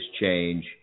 change